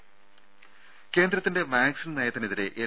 ദേദ കേന്ദ്രത്തിന്റെ വാക്സിൻ നയത്തിനെതിരെ എൽ